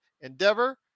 Endeavor